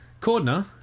Cordner